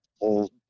old